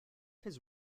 his